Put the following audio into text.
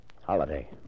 Holiday